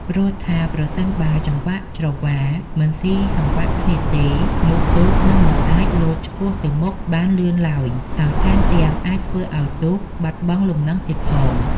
ព្រោះថាប្រសិនបើចង្វាក់ច្រវាមិនស៊ីសង្វាក់គ្នាទេ នោះទូកនឹងមិនអាចលោតឆ្ពោះទៅមុខបានលឿនឡើយ ហើយថែមទាំងអាចធ្វើឱ្យទូកបាត់បង់លំនឹងទៀតផង។